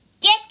Get